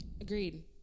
Agreed